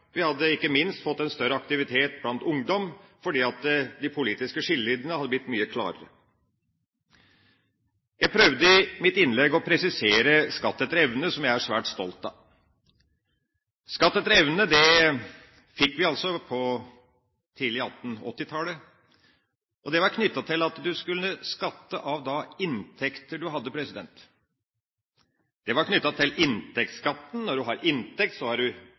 vi hadde – ikke minst – fått en større aktivitet blant ungdom fordi de politiske skillelinjene hadde blitt mye klarere. Jeg prøvde i mitt innlegg å presisere skatt etter evne, som jeg er svært stolt av. Skatt etter evne fikk vi tidlig på 1880-tallet, og det var knyttet til at man skulle skatte av inntekter man hadde. Det var knyttet til inntektsskatten. Når man har inntekt, har